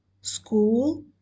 school